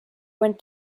went